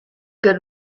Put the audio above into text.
good